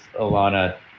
Alana